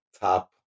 top